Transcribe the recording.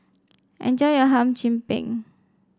enjoy your Hum Chim Peng